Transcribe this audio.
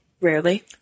Rarely